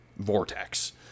vortex